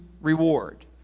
reward